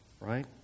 right